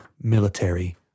military